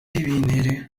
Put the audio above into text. bintera